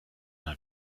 mal